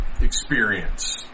experience